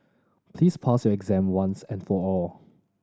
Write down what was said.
please pass your exam once and for all